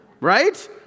Right